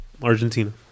Argentina